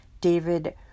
David